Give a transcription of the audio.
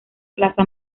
plaza